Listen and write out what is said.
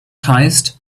heißt